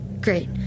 Great